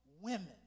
women